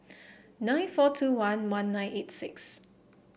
nine four two one one nine eight six